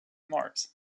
mars